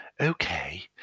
okay